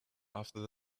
after